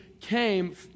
came